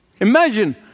Imagine